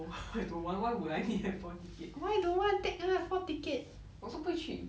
I don't want why would I need the four ticket 我也是不会去